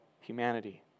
humanity